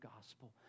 gospel